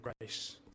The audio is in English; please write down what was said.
grace